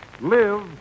live